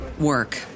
work